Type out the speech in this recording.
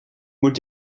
moet